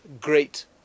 great